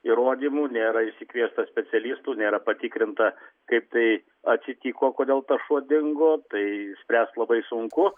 įrodymų nėra išsikviesta specialistų nėra patikrinta kaip tai atsitiko kodėl tas šuo dingo tai spręst labai sunku